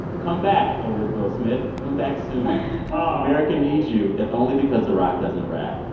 come back, old will smith. come back soon oh america needs you if only because the rock doesn't rap.